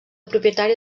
propietària